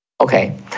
okay